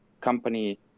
company